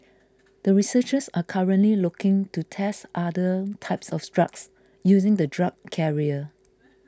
the researchers are currently looking to test other types of drugs using the drug carrier